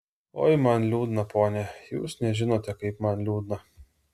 oi man liūdna pone jūs nežinote kaip man liūdna